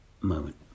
moment